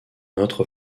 autre